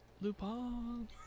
Lupin